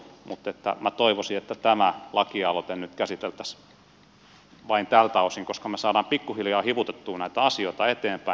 minä toivoisin että tämä lakialoite nyt käsiteltäisiin vain tältä osin koska me saamme pikkuhiljaa hivutettua näitä asioita eteenpäin